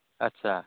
আচ্ছা